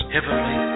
Heavenly